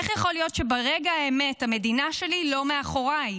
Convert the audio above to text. איך יכול להיות שברגע האמת המדינה שלי לא מאחוריי,